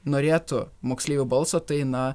norėtų moksleivių balsą tai na